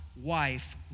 wife